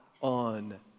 on